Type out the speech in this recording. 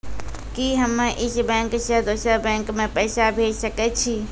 कि हम्मे इस बैंक सें दोसर बैंक मे पैसा भेज सकै छी?